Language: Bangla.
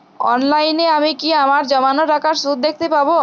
অনলাইনে আমি কি আমার জমানো টাকার সুদ দেখতে পবো?